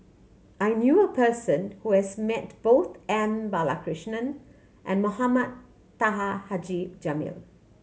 I knew a person who has met both M Balakrishnan and Mohame Taha Haji Jamil